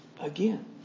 again